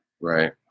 Right